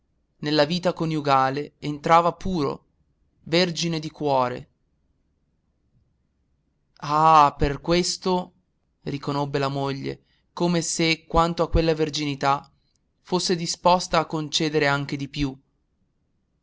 nella vita coniugale entrava puro vergine di cuore ah per questo riconobbe la moglie come se quanto a quella verginità fosse disposta a concedere anche di più